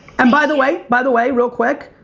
and by the way, by the way, real quick.